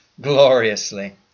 gloriously